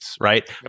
right